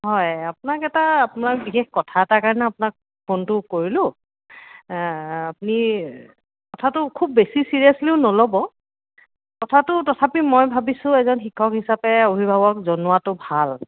হয় আপোনাক এটা আপোনাক বিশেষ কথা এটাৰ কাৰণে আপোনাক ফোনটো কৰিলোঁ আপুনি কথাটো খুব বেছি চিৰিয়াছলিও নল'ব কথাটো তথাপি মই ভাবিছোঁ এজন শিক্ষক হিচাপে অভিভাৱক জনোৱাটো ভাল